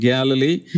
Galilee